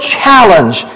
challenge